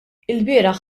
ilbieraħ